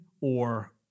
or-